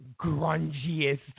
grungiest